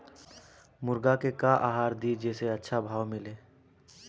मुर्गा के का आहार दी जे से अच्छा भाव मिले?